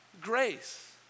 grace